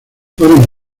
fueron